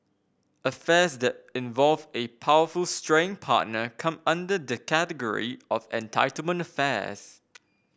affairs that involve a powerful straying partner come under the category of entitlement affairs